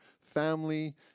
family